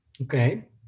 Okay